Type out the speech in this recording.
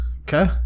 okay